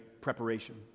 preparation